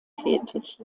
tätig